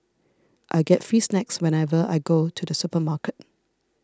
I get free snacks whenever I go to the supermarket